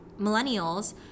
millennials